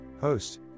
host